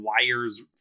wires